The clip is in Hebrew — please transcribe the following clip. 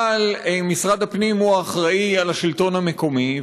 אבל משרד הפנים הוא האחראי לשלטון המקומי,